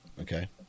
Okay